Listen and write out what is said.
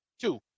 Two